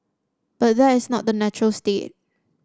but that is not the natural state